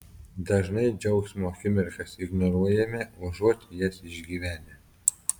dažnai džiaugsmo akimirkas ignoruojame užuot jas išgyvenę